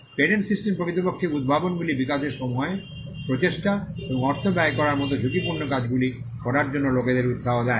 patent system প্রকৃতপক্ষে উদ্ভাবনগুলি বিকাশে সময় প্রচেষ্টা এবং অর্থ ব্যয় করার মতো ঝুঁকিপূর্ণ কাজগুলি করার জন্য লোকেদের উত্সাহ দেয়